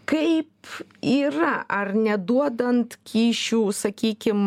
kaip yra ar neduodant kyšių sakykim